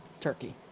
Turkey